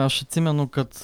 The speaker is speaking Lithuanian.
aš atsimenu kad